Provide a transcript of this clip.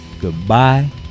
goodbye